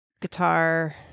guitar